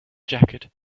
jacket